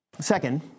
Second